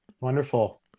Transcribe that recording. Wonderful